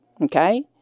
Okay